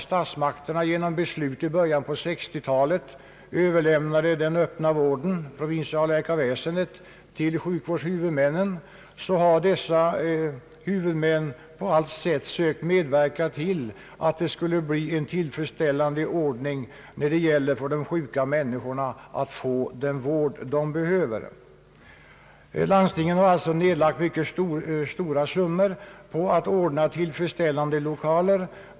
Statsmakterna beslöt i början av 1960-talet att den öppna vården, provinsialläkarväsendet, skulle handhas av sjukvårdshuvudmännen, och det är angeläget att framhålla, att huvudmännen på allt sätt har sökt medverka till en tillfredsställande ordning när det gäller att ge sjuka människor den vård de behöver. Landstingen har nedlagt mycket stora summor för att ordna moderna lokaler.